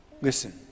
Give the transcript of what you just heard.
Listen